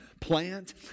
plant